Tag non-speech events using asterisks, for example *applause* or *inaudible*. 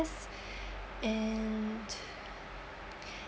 and *breath*